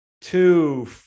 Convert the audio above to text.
two